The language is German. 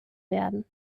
werden